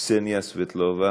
קסניה סבטלובה,